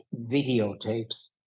videotapes